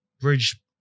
bridge